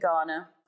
Ghana